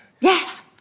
Yes